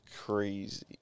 crazy